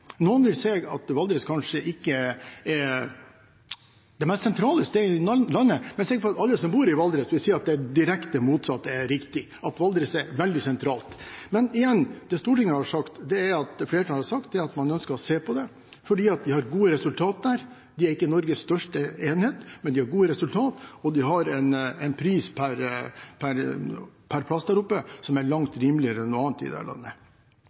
Noen vil si at Valdres kanskje ikke er det mest sentrale stedet i landet, men jeg er sikker på at alle som bor i Valdres, vil si at det motsatte er riktig, at Valdres er veldig sentralt. Det flertallet har sagt, er at man ønsker å se på det. Det er ikke Norges største enhet, men de har gode resultater, og de har en pris per plass som er langt rimeligere enn ved noen annen enhet her i landet. Vi vil også ha en gjennomgang av bruken av EK, elektronisk kontroll, og at regjeringen ser om det kan utvides, noe som er påpekt av de fleste i